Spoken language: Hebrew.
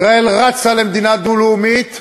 ישראל רצה למדינה דו-לאומית,